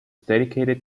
dedicated